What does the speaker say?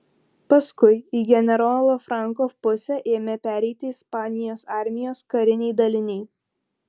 paskui į generolo franko pusę ėmė pereiti ispanijos armijos kariniai daliniai